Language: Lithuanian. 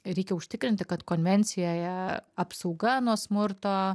reikia užtikrinti kad konvencijoje apsauga nuo smurto